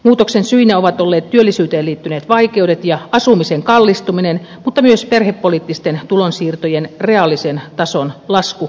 muutoksen syinä ovat olleet työllisyyteen liittyneet vaikeudet ja asumisen kallistuminen mutta myös perhepoliittisten tulonsiirtojen reaalisen tason lasku